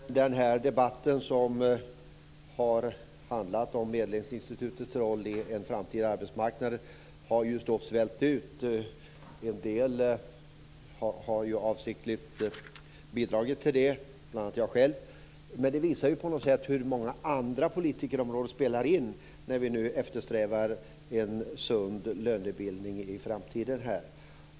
Fru talman! Den här debatten, som har handlat om medlingsinstitutets roll på den framtida arbetsmarknaden, har svällt ut. En del har avsiktligt bidragit till det, bl.a. jag själv. Det visar på något sätt hur många andra politikområden spelar in när vi nu eftersträvar en sund lönebildning i framtiden.